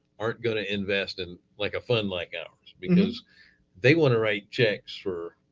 aren't going to invest in like a fund like ours because they want to write checks for,